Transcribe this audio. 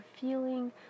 feeling